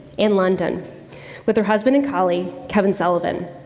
and london with her husband and colleague kevin sullivan.